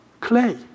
clay